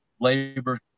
labor